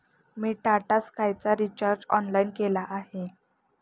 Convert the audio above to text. मी टाटा स्कायचा recharge online केला आहे